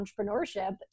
entrepreneurship